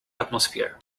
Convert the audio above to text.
atmosphere